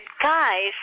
guys